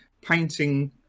painting